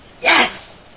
Yes